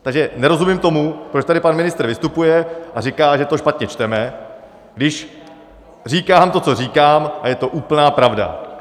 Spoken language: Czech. Takže nerozumím tomu, proč tady pan ministr vystupuje a říká, že to špatně čteme, když říkám to, co říkám, a je to úplná pravda.